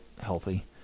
healthy